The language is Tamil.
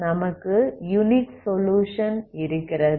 நமக்கு யுனிக் சொலுயுஷன் இருக்கிறது